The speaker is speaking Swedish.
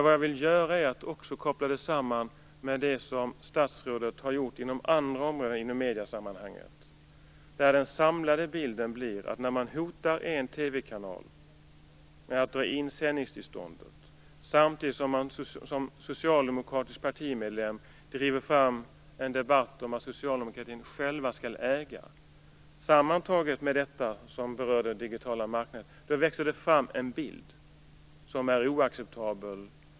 Vad jag vill göra är att koppla samman detta med det som statsrådet har gjort inom andra områden i mediesammanhang. Man hotar en TV-kanal med att dra in sändningstillståndet, samtidigt som en socialdemokratisk partimedlem driver fram en debatt om att socialdemokratin självt skall äga. Ser man detta sammantaget med det som berör det digitala nätverket växer det fram en bild som är oacceptabel.